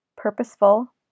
Purposeful